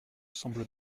semble